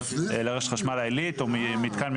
לרשת חשמל עילית או מיתקן,